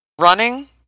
Running